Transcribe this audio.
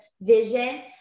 vision